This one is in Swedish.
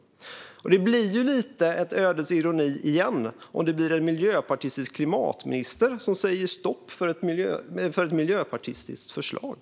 Det blir lite en ödets ironi igen om det blir en miljöpartistisk klimatminister som säger stopp för ett miljöpartistiskt förslag.